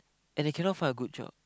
and they cannot find a good job